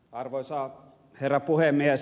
arvoisa herra puhemies